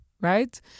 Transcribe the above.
right